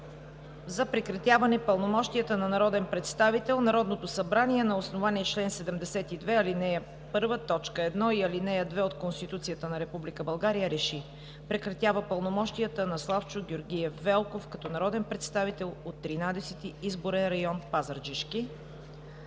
за прекратяване пълномощията на народен представител Народното събрание на основание чл. 72, ал. 1, т. 1 и ал. 2 от Конституцията на Република България РЕШИ: Прекратява пълномощията на Славчо Георгиев Велков като народен представител от Тринадесети изборен район – Пазарджишки.“